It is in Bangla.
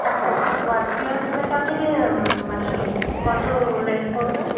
আচ্ছা ফার্স্ট ক্লাস মেক আপে মানে কতো রেন্ট পড়বে